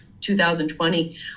2020